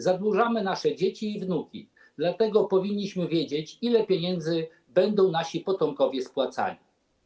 Zadłużamy nasze dzieci i wnuki, dlatego powinniśmy wiedzieć, ile pieniędzy będą nasi potomkowie spłacali.